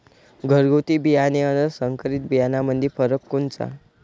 घरगुती बियाणे अन संकरीत बियाणामंदी फरक कोनचा?